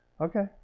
okay